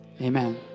Amen